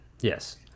yes